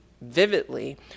vividly